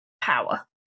power